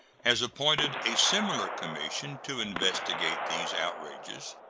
has appointed a similar commission to investigate these outrages.